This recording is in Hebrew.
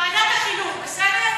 ועדת החינוך, בסדר?